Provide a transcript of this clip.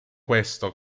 questo